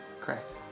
Correct